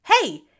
hey